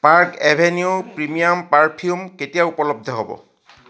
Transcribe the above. park Avenue premium perfume কেতিয়া উপলব্ধ হ'ব